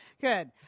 good